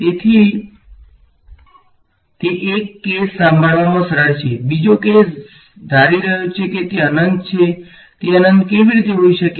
તેથી તે એક કેસ સંભાળવામાં સરળ છે બીજો કેસ ધારી રહ્યો છે કે તે અનંત છે તે અનંત કેવી રીતે હોઈ શકે